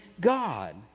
God